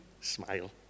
smile